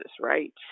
right